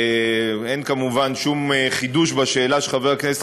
אין כמובן שום חידוש בשאלה של חבר הכנסת